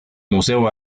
museo